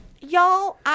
Y'all